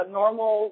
normal